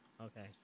Okay